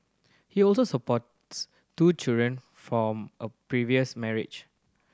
he also supports two children from a previous marriage